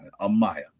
Amaya